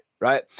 right